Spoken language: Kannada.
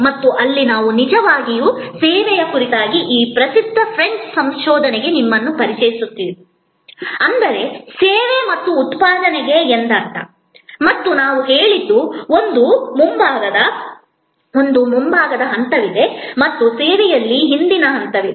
ಮತ್ತು ಅಲ್ಲಿ ನಾವು ನಿಜವಾಗಿಯೂ ಸೇವೆಯ ಕುರಿತಾದ ಈ ಪ್ರಸಿದ್ಧ ಫ್ರೆಂಚ್ ಸಂಶೋಧನೆಗೆ ನಿಮ್ಮನ್ನು ಪರಿಚಯಿಸುತ್ತೇವೆ ಅಂದರೆ ಸೇವೆ ಮತ್ತು ಉತ್ಪಾದನೆ ಎಂದರ್ಥ ಮತ್ತು ನಾವು ಹೇಳಿದ್ದು ಒಂದು ಮುಂಭಾಗದ ಹಂತವಿದೆ ಮತ್ತು ಸೇವೆಯಲ್ಲಿ ಹಿಂದಿನ ಹಂತವಿದೆ